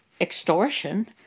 extortion